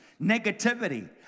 negativity